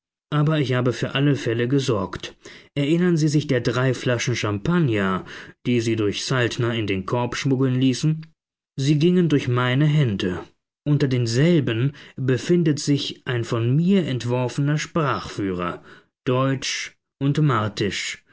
aber ich habe für alle fälle gesorgt erinnern sie sich der drei flaschen champagner die sie durch saltner in den korb schmuggeln ließen sie gingen durch meine hände unter denselben befindet sich ein von mir entworfener sprachführer deutsch und martisch